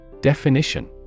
Definition